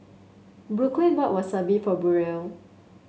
Brooklynn bought Wasabi for Burrel